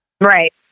Right